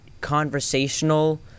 conversational